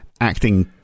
acting